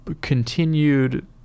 continued